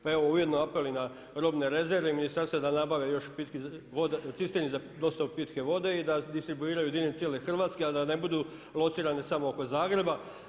Pa evo ujedno apel i na robne rezerve i ministarstvo da nabave još cisterni za dostavu pitke vode i da distribuiraju diljem cijele Hrvatske ali da ne budu locirani samo oko Zagreba.